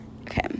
okay